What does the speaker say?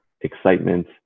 excitement